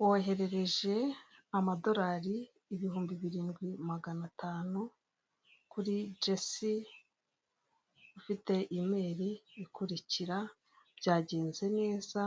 Woherereje amadorari ibihumbi birindwi magana atanu kuru Jesi ufite imeri ikurikira byagenze neza